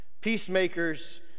Peacemakers